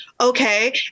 okay